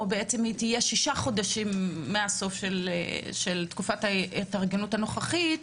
שזה יהיה בעצם שישה חודשים מהסוף של תקופת ההתארגנות הנוכחית.